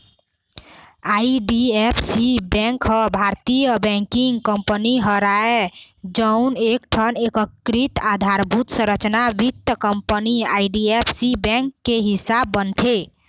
IDFC bank ह भारतीय banking company हरय जउन एकठन एकीकृत अधारभूत संरचना वित्त कंपनी आई.डी.एफ.सी बेंक के हिस्सा बनथे